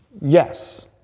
Yes